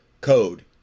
code